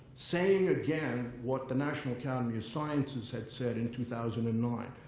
saying, again, what the national academy of sciences had said in two thousand and nine.